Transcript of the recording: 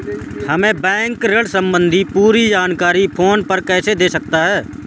हमें बैंक ऋण संबंधी पूरी जानकारी फोन पर कैसे दे सकता है?